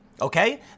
Okay